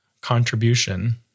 contribution